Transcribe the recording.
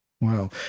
Wow